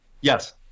Yes